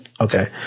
okay